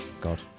God